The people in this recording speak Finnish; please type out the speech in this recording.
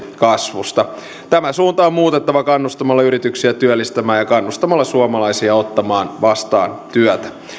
kasvusta tämä suunta on muutettava kannustamalla yrityksiä työllistämään ja kannustamalla suomalaisia ottamaan vastaan työtä